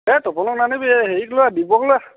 এই তপণক নানিবি এই হেৰিক লৈ আহ দিব্য়ক লৈ আহ